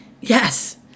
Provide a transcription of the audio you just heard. Yes